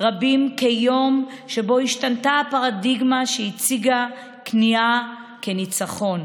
רבים כיום שבו השתנתה הפרדיגמה שהציגה כניעה כניצחון.